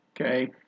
okay